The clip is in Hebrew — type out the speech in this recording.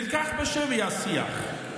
נלקח בשבי השיח.